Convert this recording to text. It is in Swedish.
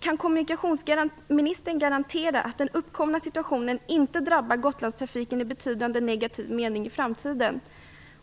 Kan kommunikationsministern garantera att den uppkomna situationen inte drabbar Gotlandstrafiken i betydande negativ riktning i framtiden?